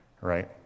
right